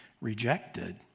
rejected